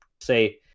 say